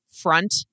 front